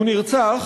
הוא נרצח